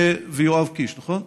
ונורית קורן, ויואב קיש, נכון?